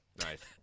Nice